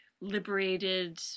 liberated